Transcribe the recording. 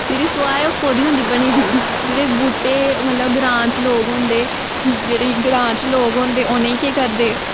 जेह्ड़ी स्वाह् ऐ ओह् कोह्दी होंदी बनी दी जेह्ड़े बहूटे मतलब ग्रांऽ च लोक होंदे जेह्ड़े ग्रांऽ च लोक होंदे उ'नेंगी केह् करदे